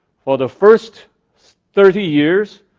for the first thirty years,